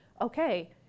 Okay